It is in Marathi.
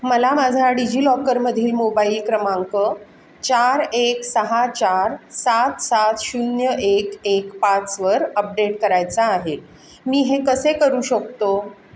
मला माझा डिजिलॉकरमधील मोबाईल क्रमांक चार एक सहा चार सात सात शून्य एक एक पाचवर अपडेट करायचा आहे मी हे कसे करू शकतो